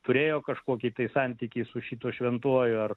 turėjo kažkokį tai santykį su šituo šventuoju ar